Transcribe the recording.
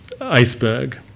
iceberg